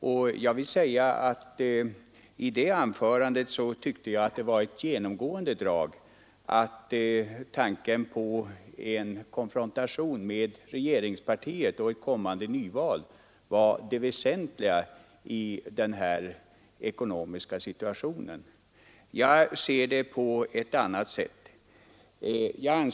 Ett genomgående drag i det anförandet var att tanken på en konfrontation med regeringspartiet och ett kommande nyval var det väsentliga i den nuvarande ekonomiska situationen. Jag ser det på ett annat sätt.